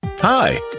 Hi